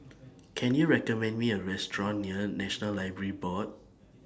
Can YOU recommend Me A Restaurant near National Library Board